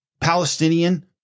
Palestinian